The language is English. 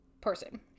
person